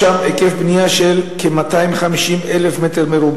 יש שם היקף בנייה של כ-250,000 מ"ר,